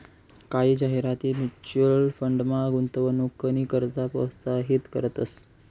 कायी जाहिराती म्युच्युअल फंडमा गुंतवणूकनी करता प्रोत्साहित करतंस